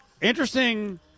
interesting